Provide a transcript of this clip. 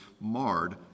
marred